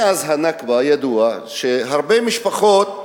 מאז ה"נכבה" ידוע שהרבה משפחות,